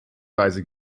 reise